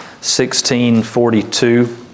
1642